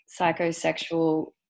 psychosexual